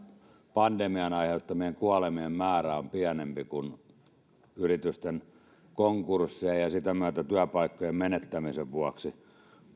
pandemian aiheuttamien kuolemien määrä on pienempi kuin yritysten konkurssien myötä ja työpaikkojen menettämisen vuoksi